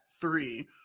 three